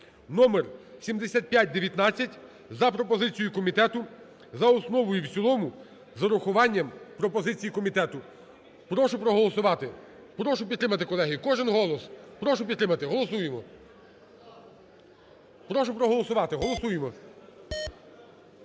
(№ 7519) за пропозицією комітету за основу і в цілому з урахуванням пропозицій комітету. Прошу проголосувати, прошу підтримати, колеги, кожен голос, прошу підтримати, голосуємо, прошу проголосувати, голосуємо.